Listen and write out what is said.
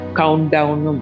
countdown